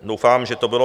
Doufám, že to bylo...